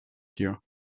here